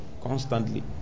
constantly